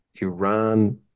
Iran